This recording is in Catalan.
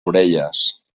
orelles